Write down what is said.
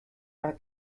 are